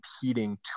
competing